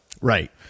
Right